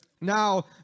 Now